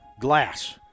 glass